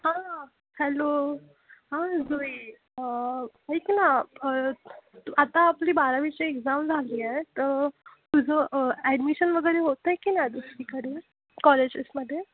हां हॅलो हां जुई ऐक ना आता आपली बारावीची एक्झाम झाली आहे तर तुझं ॲडमिशन वगैरे होत आहे की नाही दुसरीकडे कॉलेजेसमध्ये